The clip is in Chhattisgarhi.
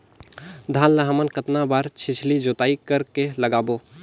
धान ला हमन कतना बार छिछली जोताई कर के लगाबो?